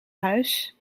huis